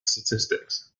statistics